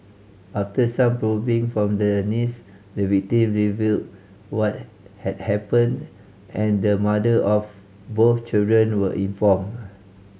after some probing from the niece the victim revealed what had happened and the mother of both children were informed